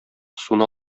суны